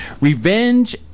Revenge